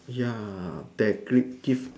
ya that